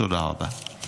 תודה רבה.